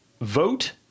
vote